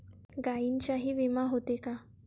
गायींचाही विमा होते का?